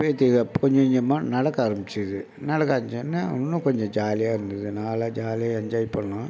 பேத்தி அப் கொஞ்சம் கொஞ்சமாக நடக்க ஆரமித்தது நடக்க ஆரமித்தவொன்ன இன்னும் கொஞ்சம் ஜாலியாக இருந்தது நானெல்லாம் ஜாலியாக என்ஜாய் பண்ணிணோம்